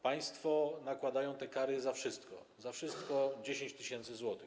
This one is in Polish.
Państwo nakładają te kary za wszystko - za wszystko jest 10 tys. zł.